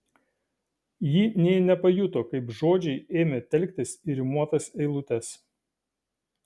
ji nė nepajuto kaip žodžiai ėmė telktis į rimuotas eilutes